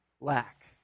lack